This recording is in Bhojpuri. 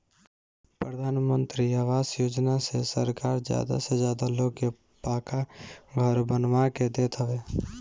प्रधानमंत्री आवास योजना से सरकार ज्यादा से ज्यादा लोग के पक्का घर बनवा के देत हवे